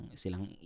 silang